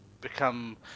become